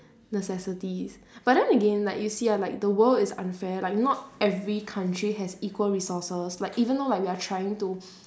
necessities but then again like you see ah like the world is unfair like not every country has equal resources like even though like we are trying to